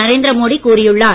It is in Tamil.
நரேந்திர மோடி கூறியுள்ளார்